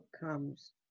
comes